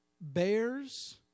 bears